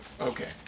Okay